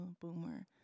boomer